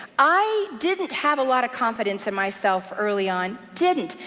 i didn't have a lot of confidence in myself early on, didn't,